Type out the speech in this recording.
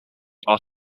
are